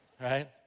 Right